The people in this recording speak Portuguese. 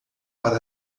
para